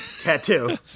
tattoo